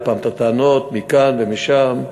ופעם אני את הטענות מכאן ומשם,